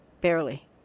barely